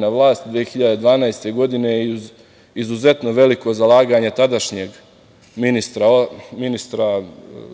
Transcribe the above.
na vlast 2012. godine i uz izuzetno veliko zalaganje tadašnjeg ministra pravde